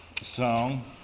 song